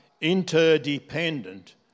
interdependent